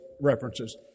references